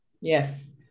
yes